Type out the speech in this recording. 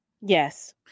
Yes